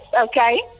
okay